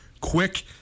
quick